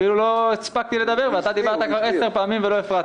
אני אפילו לא הספקתי לדבר ואתה דיברת כבר עשר פעמים ולא הפרעתי לך.